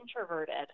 introverted